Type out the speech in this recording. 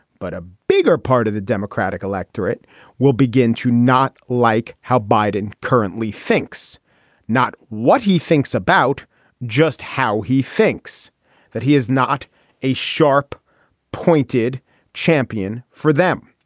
but a bigger part of the democratic electorate will begin to not like how biden currently thinks not what he thinks about just how he thinks that he is not a sharp pointed champion for them